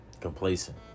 Complacent